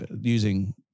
using